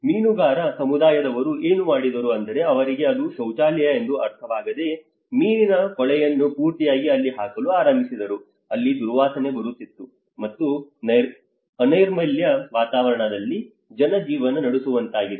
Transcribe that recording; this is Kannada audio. ಮೀನುಗಾರ ಸಮುದಾಯದವರು ಏನು ಮಾಡಿದರು ಅಂದರೆ ಅವರಿಗೆ ಅದು ಶೌಚಾಲಯ ಎಂದು ಅರ್ಥವಾಗದೆ ಮೀನಿನ ಕೊಳೆಯನ್ನು ಪೂರ್ತಿಯಾಗಿ ಅಲ್ಲಿ ಹಾಕಲು ಆರಂಭಿಸಿದರು ಅಲ್ಲಿ ದುರ್ವಾಸನೆ ಬರುತ್ತಿತ್ತು ಮತ್ತು ಅನೈರ್ಮಲ್ಯ ವಾತಾವರಣದಲ್ಲಿ ಜನ ಜೀವನ ನಡೆಸುವಂತಾಗಿದೆ